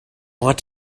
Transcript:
want